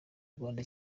rwanda